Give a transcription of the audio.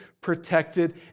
protected